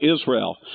Israel